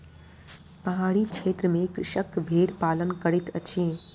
पहाड़ी क्षेत्र में कृषक भेड़ पालन करैत अछि